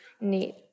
neat